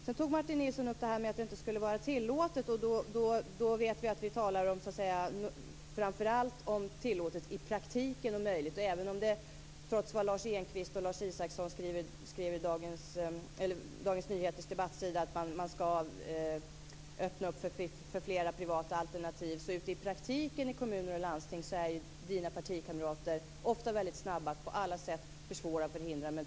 Martin Nilsson tog upp detta med att det inte skulle vara tillåtet att starta eget, och då vet vi att vi talar om framför allt tillåtet och möjligt i praktiken. Trots vad Lars Engqvist och Lars Isaksson skrev på Dagens Nyheters debattsida om att man skall öppna för flera privata alternativ är Martin Nilssons partikamrater ute i kommuner och landsting i praktiken ofta snabba att på alla sätt försvåra och förhindra.